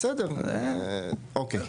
בסדר, אוקיי.